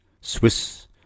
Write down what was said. Swiss